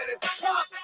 pop